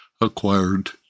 acquired